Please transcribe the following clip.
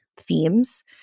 themes